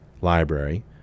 library